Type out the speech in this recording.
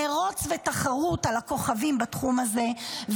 מרוץ ותחרות על הכוכבים בתחום הזה,